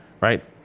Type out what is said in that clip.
right